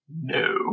no